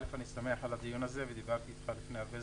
אני שמח על הדיון הזה ודיברתי אתך לפני זמן רב,